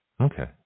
Okay